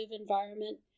environment